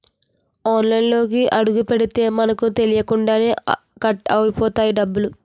ఆన్లైన్లోకి అడుగుపెడితే మనకు తెలియకుండానే కట్ అయిపోతాయి డబ్బులు